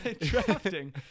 drafting